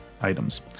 items